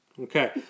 Okay